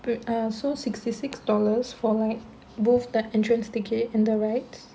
but err so sixty six dollars for like both the entrance ticket and the rides